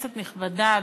כנסת נכבדה,